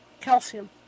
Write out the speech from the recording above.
calcium